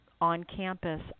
on-campus